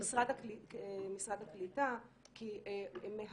יש גם מעורבת של משרד הקליטה, כי הם מאתרים